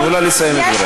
תנו לה לסיים את דבריה.